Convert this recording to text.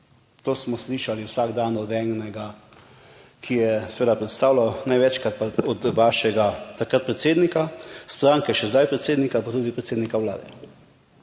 To smo slišali vsak dan od enega, ki je seveda predstavljal največkrat od vašega takrat predsednika stranke, še zdaj predsednika, pa tudi predsednika Vlade.